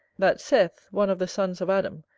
that seth, one of the sons of adam,